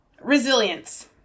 Resilience